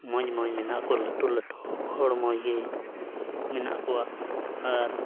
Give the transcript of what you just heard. ᱢᱚᱡᱽᱼᱢᱚᱡᱽ ᱢᱮᱱᱟᱜ ᱠᱚᱣᱟ ᱞᱟᱹᱴᱩᱼᱞᱟᱹᱴᱩ ᱦᱚᱲ ᱢᱚᱡᱽ ᱜᱮ ᱢᱮᱱᱟᱜ ᱠᱚᱣᱟ ᱟᱨ